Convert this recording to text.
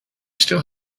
still